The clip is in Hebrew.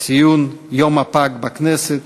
ציון יום הפג בכנסת.